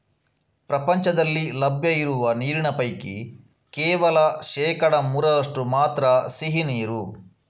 ಪ್ರಪಂಚದಲ್ಲಿ ಲಭ್ಯ ಇರುವ ನೀರಿನ ಪೈಕಿ ಕೇವಲ ಶೇಕಡಾ ಮೂರರಷ್ಟು ಮಾತ್ರ ಸಿಹಿ ನೀರು